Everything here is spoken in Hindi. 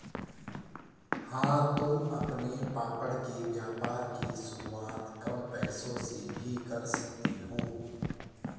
हाँ तुम अपने पापड़ के व्यापार की शुरुआत कम पैसों से भी कर सकती हो